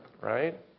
Right